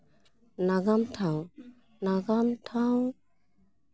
ᱱᱟᱜᱟᱢ ᱴᱷᱟᱶ ᱱᱟᱜᱟᱢ ᱴᱷᱟᱶ